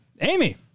Amy